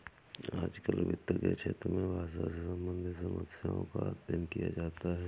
आजकल वित्त के क्षेत्र में भाषा से सम्बन्धित समस्याओं का अध्ययन किया जाता है